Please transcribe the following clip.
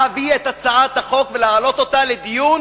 להביא את הצעת החוק ולהעלות אותה לדיון